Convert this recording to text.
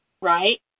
Right